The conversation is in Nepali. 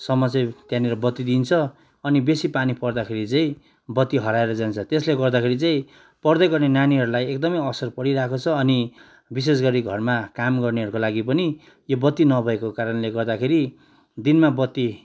सम्म चाहिँ त्यहाँनिर बत्ती दिन्छ अनि बेसी पानी पर्दाखेरि चै बत्ती हराएर जान्छ त्यस्ले गर्दाखेरि चाहिँ पढ्दै गर्ने नानाीहरूलाई एकदमै असर परिरहेको छ अनि बिशेष गरी घरमा काम गर्नेहरूको लागि पनि यो बत्ती नभएको कारणले गर्दाखेरि दिनमा बत्ती